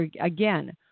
again